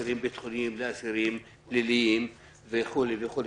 אסירים ביטחוניים לפליליים וכו' וכו',